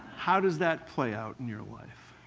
how does that play out in your life?